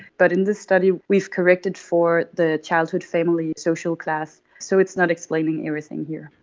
but in this study we've corrected for the childhood family social class, so it's not explaining everything here.